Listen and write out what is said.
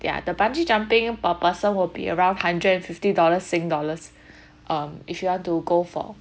ya the bungee jumping per person will be around hundred and fifty dollars sing dollars um if you want to go for